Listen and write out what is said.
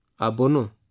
Abono